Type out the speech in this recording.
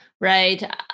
right